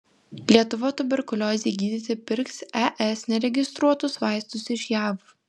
lietuva tuberkuliozei gydyti pirks es neregistruotus vaistus iš jav